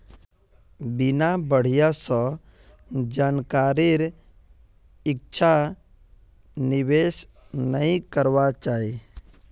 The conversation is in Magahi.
बिना बढ़िया स जानकारीर कोइछा निवेश नइ करबा चाई